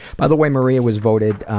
by the way, maria was voted